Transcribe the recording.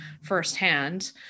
firsthand